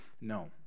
No